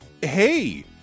hey